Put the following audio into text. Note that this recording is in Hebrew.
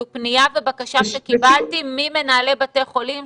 זו פנייה ובקשה שקיבלתי ממנהלי בתי חולים,